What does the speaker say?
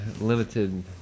limited